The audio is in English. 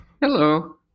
Hello